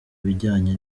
bijyanye